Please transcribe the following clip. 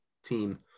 team